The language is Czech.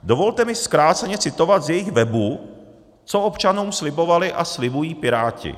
Dovolte mi zkráceně citovat z jejich webu, co občanům slibovali a slibují Piráti.